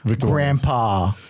Grandpa